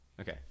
okay